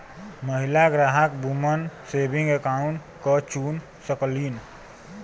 महिला ग्राहक woman saving account क चुन सकलीन